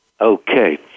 Okay